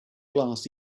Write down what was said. glass